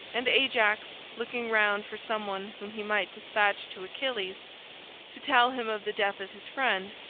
and ajax, looking round for some one whom he might despatch to achilles to tell him of the death of his friend,